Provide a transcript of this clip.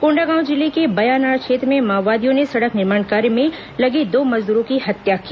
कोंडागांव जिले के बयानार क्षेत्र में माओवादियों ने सड़क निर्माण कार्य में लगे दो मजदूरों की हत्या की